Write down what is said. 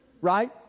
Right